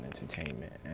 Entertainment